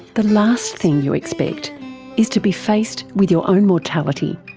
the last thing you expect is to be faced with your own mortality.